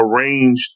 arranged